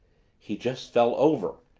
he just fell over,